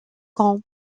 grand